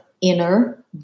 inner